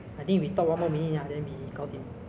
you know the usual people will order de